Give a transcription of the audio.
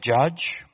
judge